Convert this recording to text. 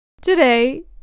Today